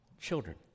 children